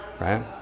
right